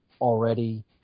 already